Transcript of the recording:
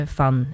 van